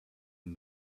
and